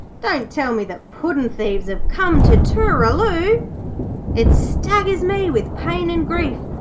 don't tell me that puddin'-thieves have come to tooraloo it staggers me with pain and grief,